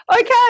Okay